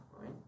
Right